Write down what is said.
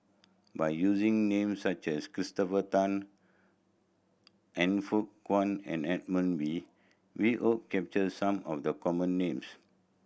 by using names such as Christopher Tan Han Fook Kwang and Edmund Wee we hope capture some of the common names